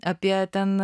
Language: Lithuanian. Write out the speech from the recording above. apie ten